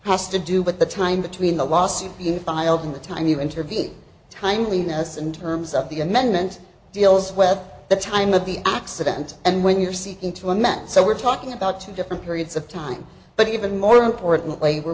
has to do with the time between the lawsuit you filed and the time you intervene timeliness in terms of the amendment deals with the time of the accident and when you're seeking to amend so we're talking about two different periods of time but even more importantly we're